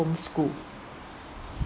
home school